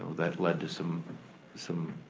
that led to some some